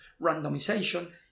randomization